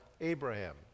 Abraham